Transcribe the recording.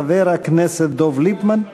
חבר הכנסת דב ליפמן,